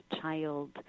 child